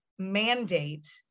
Mandate